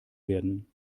werden